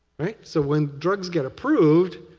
so when drugs get approved,